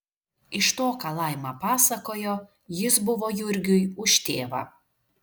iš to ką laima pasakojo jis buvo jurgiui už tėvą